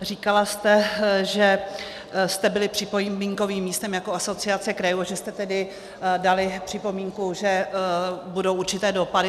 Říkala jste, že jste byli připomínkovým místem jako Asociace krajů a že jste tedy dali připomínku, že budou určité dopady.